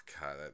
God